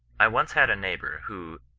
i once had a neighbour, who,